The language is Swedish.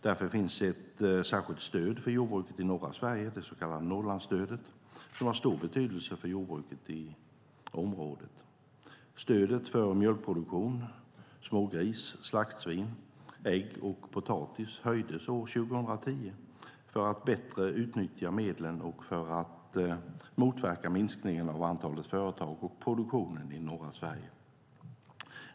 Därför finns ett särskilt stöd för jordbruket i norra Sverige, det så kallade Norrlandsstödet, som har stor betydelse för jordbruket i området. Stödet för mjölkproduktion, smågris, slaktsvin, ägg och potatis höjdes år 2010 för att bättre utnyttja medlen och för att motverka minskningen av antalet företag och produktionen i norra Sverige.